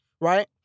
right